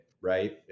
right